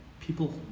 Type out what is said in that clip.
people